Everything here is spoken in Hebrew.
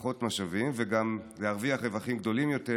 פחות משאבים וגם להרוויח רווחים גדולים יותר